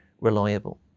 reliable